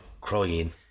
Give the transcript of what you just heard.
crying